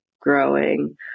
growing